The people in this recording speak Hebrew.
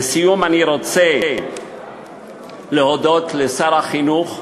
לסיום, אני רוצה להודות לשר החינוך,